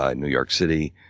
ah new york city.